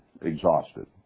exhausted